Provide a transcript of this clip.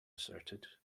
asserted